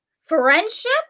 friendship